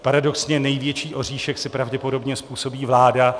Paradoxně největší oříšek si pravděpodobně způsobí vláda.